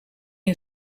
een